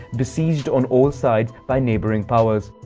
besieged on all sides by neighboring powers.